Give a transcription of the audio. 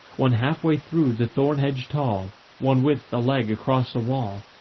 one half-way through the thorn hedge tall, one with a leg across a wall,